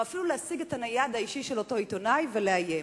או אפילו להשיג את הנייד האישי של אותו עיתונאי ולאיים.